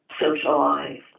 socialize